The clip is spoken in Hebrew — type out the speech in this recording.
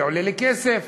זה עולה לי כסף.